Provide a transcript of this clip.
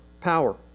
power